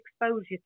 exposure